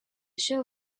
show